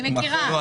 מכירה.